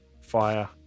fire